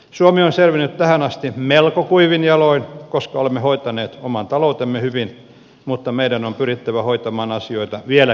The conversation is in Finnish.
suomi on selvinnyt tähän asti melko kuivin jaloin koska olemme hoitaneet oman taloutemme hyvin mutta meidän on pyrittävä hoitamaan asioita vieläkin paremmin